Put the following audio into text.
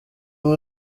ubu